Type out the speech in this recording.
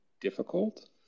difficult